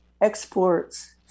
exports